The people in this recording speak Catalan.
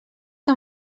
que